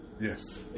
yes